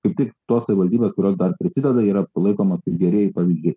kaip tik tos savivaldybės kurios dar prisideda yra palaikomos kaip gerieji pavyzdžiai